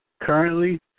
currently